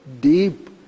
deep